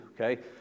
okay